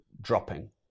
dropping